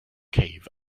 cave